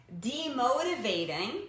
demotivating